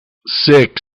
six